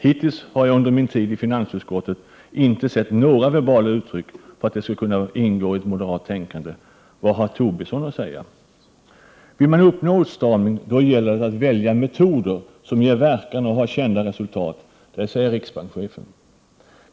Hittills har jag under min tid i finansutskottet inte sett några verbala uttryck för att detta skulle kunna ingå i ett moderat tänkande. Vad har Lars Tobisson att säga? Vill man uppnå åtstramning, gäller det att välja metoder som ger verkan och har kända resultat, enligt riksbankschefen.